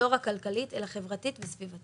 לא רק כלכלית אלא גם חברתית וסביבתית.